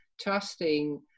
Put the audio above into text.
trusting